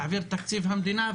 להעביר את תקציב המדינה,